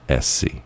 SC